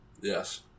Yes